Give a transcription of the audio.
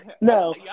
No